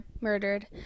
murdered